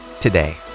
today